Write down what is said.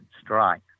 strike